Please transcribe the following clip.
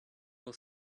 will